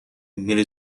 میره